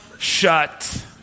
shut